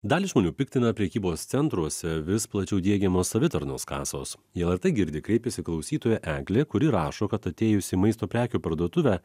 dalį žmonių piktina prekybos centruose vis plačiau diegiamos savitarnos kasos į lrt girdi kreipėsi klausytoja eglė kuri rašo kad atėjus į maisto prekių parduotuvę